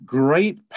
great